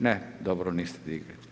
Ne, dobro, niste digli.